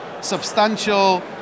substantial